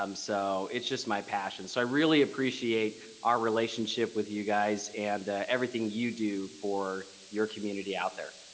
um so it's just my passion so i really appreciate our relationship with you guys and everything you do for your community out there.